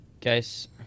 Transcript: Guys